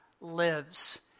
lives